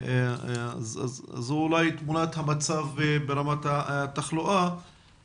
אז זו אולי תמונת המצב ברמת התחלואה,